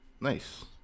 Nice